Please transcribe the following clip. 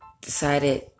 decided